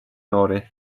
noori